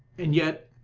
and yet,